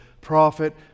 prophet